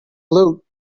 loot